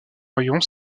orion